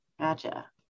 gotcha